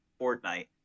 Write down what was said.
Fortnite